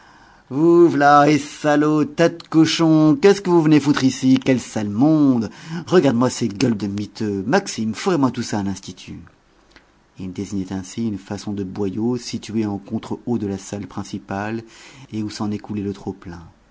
eh salauds tas de cochons qu'est-ce que vous venez foute ici quel sale monde rgarde moi ces gueules de miteux maxime fourrez moi tout ça à l'institut il désignait ainsi une façon de boyau situé en contre haut de la salle principale et où s'en écoulait le